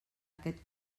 aquest